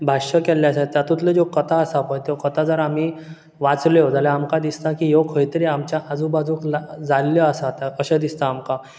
भाश्य केल्लें आसा तातूंतल्यो ज्यो कथा आसा पळय त्यो कथा जर आमी वाचल्यो जाल्यार आमकां दिसता की ह्यो खंय तरी आमच्या आजूबाजूक ला जाल्ल्यो आसात अशें दिसता आमकां